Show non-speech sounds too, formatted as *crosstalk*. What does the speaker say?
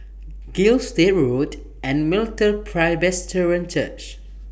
Gilstead Road and *unintelligible* Presbyterian Church